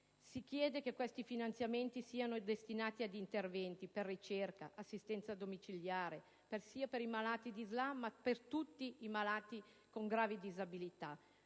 Si chiede che questi finanziamenti siano destinati ad interventi per ricerca e assistenza domiciliare, sia per i malati di SLA sia per tutti i malati con gravi disabilità: